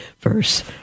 verse